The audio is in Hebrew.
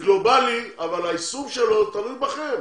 גלובלי, אבל היישום שלו תלוי בכם.